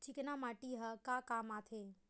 चिकना माटी ह का काम आथे?